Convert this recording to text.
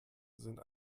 sind